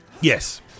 Yes